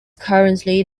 currently